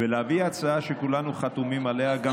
ולהביא הצעה שכולנו חתומים עליה.